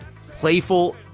playful